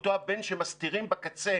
אותו הבן שמסתירים בקצה,